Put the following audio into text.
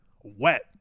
wet